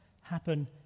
happen